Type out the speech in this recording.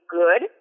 good